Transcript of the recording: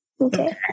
Okay